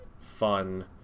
fun